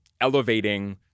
elevating